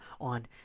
on